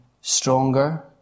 stronger